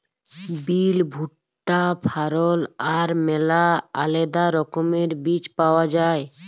বিল, ভুট্টা, ফারল আর ম্যালা আলেদা রকমের বীজ পাউয়া যায়